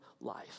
life